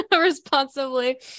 responsibly